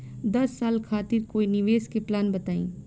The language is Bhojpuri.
दस साल खातिर कोई निवेश के प्लान बताई?